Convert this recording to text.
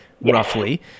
roughly